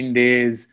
days